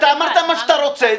אמרת מה שאתה רוצה.